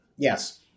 Yes